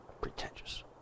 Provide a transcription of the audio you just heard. Pretentious